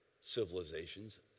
civilizations